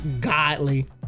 godly